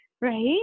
Right